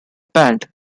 band